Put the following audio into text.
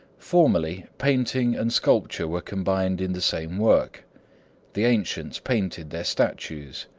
formerly, painting and sculpture were combined in the same work the ancients painted their statues.